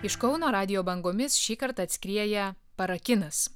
iš kauno radijo bangomis šįkart atskrieja parakinas